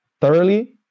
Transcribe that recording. thoroughly